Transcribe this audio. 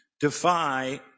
defy